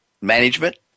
management